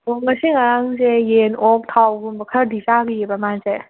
ꯑꯣ ꯉꯁꯤ ꯉꯔꯥꯡꯁꯦ ꯌꯦꯟ ꯑꯣꯛ ꯊꯥꯎꯒꯨꯝꯕ ꯈꯔꯗꯤ ꯆꯥꯈꯤꯕ ꯃꯥꯁꯦ